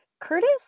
Curtis